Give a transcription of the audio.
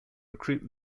recruit